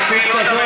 דיון בכנסת,